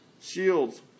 shields